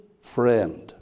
friend